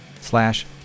slash